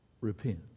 Repent